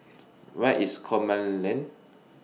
Where IS Coleman Lane